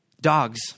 dogs